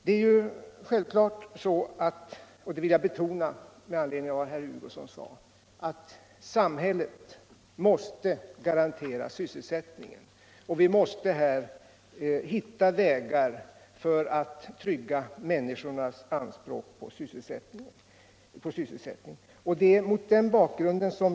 Det är självklart så — det vill jag betona med anledning av vad herr Hugosson sade — att samhället måste garantera sysselsättningen, och vi måste hitta vägar för att trygga människornas anspråk på sysselsättning.